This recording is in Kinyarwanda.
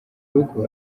rugo